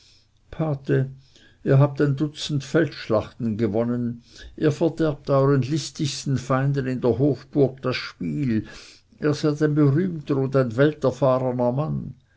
pate ihr habt ein dutzend feldschlachten gewonnen ihr verderbt euern listigsten feinden in der hofburg das spiel ihr seid ein berühmter und welterfahrner mann wendet